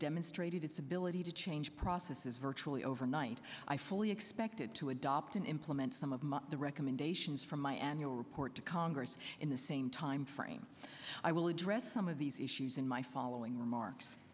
demonstrated its ability to change process is virtually overnight i fully expected to adopt and implement some of my the recommendations from my annual report to congress in the same time frame i will address some of these issues in my following remarks